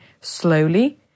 slowly